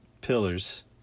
pillars